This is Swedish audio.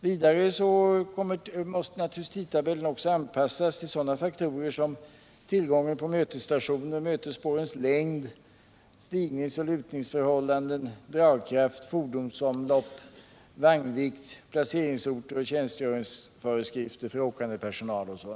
Vidare måste naturligtvis tidtabellen också anpassas till sådana faktorer som tillgången på mötesstationer, mötesspårens längd, stigningsoch lutningsförhållanden, dragkraft, fordonsomlopp, vagnvikt, placeringsorter, tjänstgöringsföreskrifter för åkande personal etc.